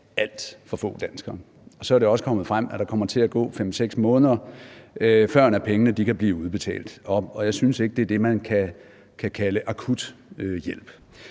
alt for få danskere. Og så er det også kommet frem, at der kommer til at gå 5-6 måneder, førend pengene kan blive udbetalt, og jeg synes ikke, at det er det, man kan kalde akut hjælp.